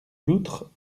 loutre